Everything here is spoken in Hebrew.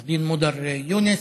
עו"ד מודר יונס,